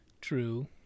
True